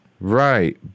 Right